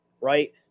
right